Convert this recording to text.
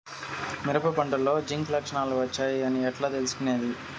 మిరప పంటలో జింక్ లక్షణాలు వచ్చాయి అని ఎట్లా తెలుసుకొనేది?